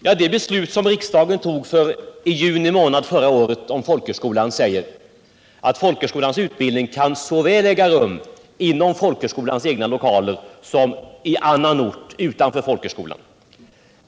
Ja, det beslut som riksdagen fattade i juni månad förra året om folkhögskolan säger att folkhögskolans utbildning kan äga rum såväl inom dess egna lokaler som på annan ort utanför folkhögskolan.